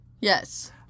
Yes